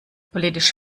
politisch